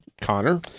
Connor